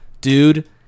dude